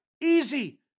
easy